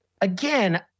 again